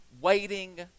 waiting